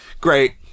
Great